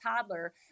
toddler